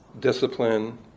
discipline